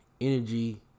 Energy